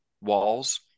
walls